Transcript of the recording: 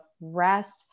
rest